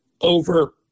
over